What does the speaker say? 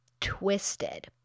twisted